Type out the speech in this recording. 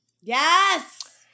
Yes